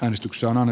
äänestykseen one